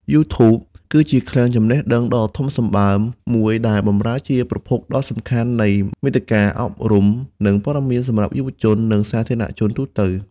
YouTube គឺជាឃ្លាំងចំណេះដឹងដ៏ធំសម្បើមមួយ ដែលបម្រើជាប្រភពដ៏សំខាន់នៃ មាតិកាអប់រំ និងព័ត៌មាន សម្រាប់យុវជន និងសាធារណជនទូទៅ។